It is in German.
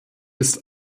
ist